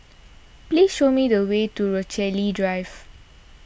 please show me the way to Rochalie Drive